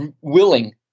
willing